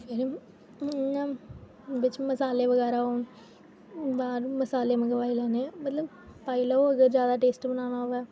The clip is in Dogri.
इ'यां बिच मसाले बगैरा होन मसाले मंगवाई लैन्ने आं मतलब पाई लैओ अगर जादा टेस्ट बनाना होऐ